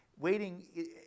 Waiting